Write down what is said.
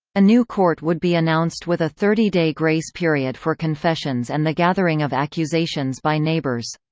a new court would be announced with a thirty-day grace period for confessions and the gathering of accusations by neighbors.